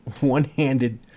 one-handed